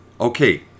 Okay